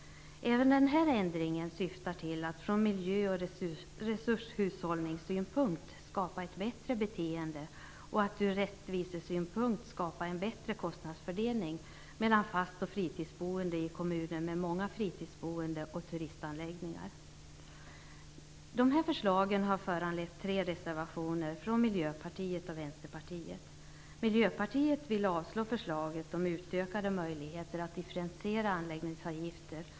Även den här ändringen syftar till att från miljöoch resurshushållningssynpunkt skapa ett bättre beteende och att ut rättvisesynpunkt skapa en bättre kostnadsfördelning mellan fast-och fritidsboende i kommuner med många fritidsboende och många turistanläggningar. Det här förslagen har föranlett tre reservationer från Miljöpartiet och Vänsterpartiet. Miljöpartiet vill avslå förslaget om utökade möjligheter att differentiera anläggningsavgifter.